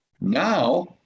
Now